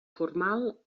formal